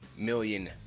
Million